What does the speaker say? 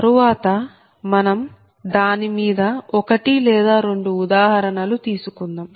తరువాత మనం దాని మీద 1 లేదా 2 ఉదాహరణలు తీసుకుందాం